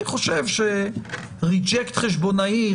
אני חושב שריג'קט חשבונאי,